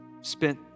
spent